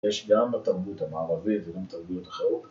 יש גם בתרבות המערבית וגם בתרבויות אחרות